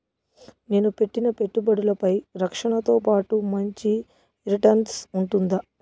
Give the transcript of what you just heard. నేను పెట్టిన పెట్టుబడులపై రక్షణతో పాటు మంచి రిటర్న్స్ ఉంటుందా?